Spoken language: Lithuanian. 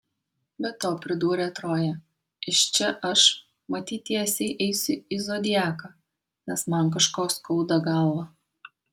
be to pridūrė troja iš čia aš matyt tiesiai eisiu į zodiaką nes man kažko skauda galvą